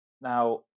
Now